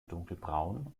dunkelbraun